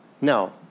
Now